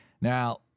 Now